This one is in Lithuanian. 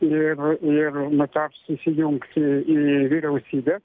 ir ir nutars įsijungs į į vyriausybę